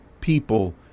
people